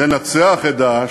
לנצח את "דאעש"